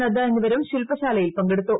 നദ്ദ എന്നിവരും ശില്പശാലയിൽ പങ്കെടുത്തു